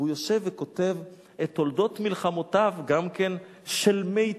והוא יושב וכותב את תולדות מלחמותיו של מיטיבו.